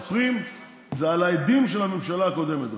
בדברים היחידים שמשתפרים זה על האדים של הממשלה הקודמת,